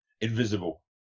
Invisible